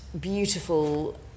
beautiful